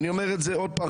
אני אומר עוד פעם,